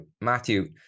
matthew